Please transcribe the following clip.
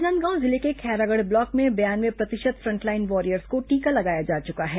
राजनांदगांव जिले के खैरागढ़ ब्लॉक में बयानवे प्रतिशत फ्रंटलाइन वॉरियर्स को टीका लगाया जा चुका है